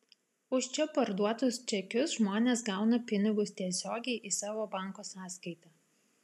už čia parduotus čekius žmonės gauna pinigus tiesiogiai į savo banko sąskaitą